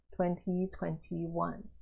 2021